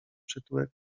przytułek